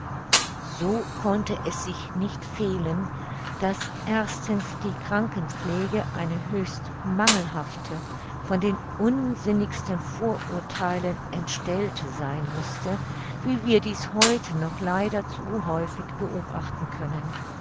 so konnte es sich nicht fehlen daß erstens die krankenpflege eine höchst mangelhafte von den unsinnigsten vorurtheilen entstellte sein mußte wie wir dies heute noch leider zu häufig beobachten können